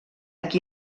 qui